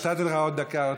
נתתי לך עוד דקה,